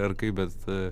ar kaip bet